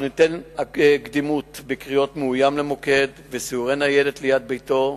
ניתן קדימות לקריאות מאוים למוקד וסיורי ניידת ליד ביתו,